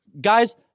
Guys